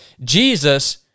Jesus